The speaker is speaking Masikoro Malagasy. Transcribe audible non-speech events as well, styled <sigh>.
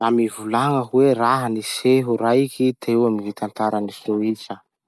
Mba mivolagna hoe raha-niseho raiky teo amy gny tantaran'i <noise> Soisa?